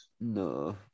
No